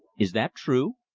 is that true?